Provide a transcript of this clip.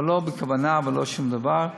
אבל לא בכוונה ולא שום דבר.